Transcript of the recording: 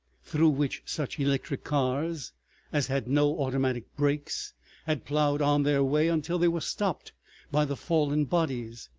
through which such electric cars as had no automatic brakes had ploughed on their way until they were stopped by the fallen bodies.